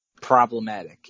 problematic